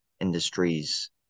industries